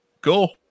Cool